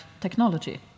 Technology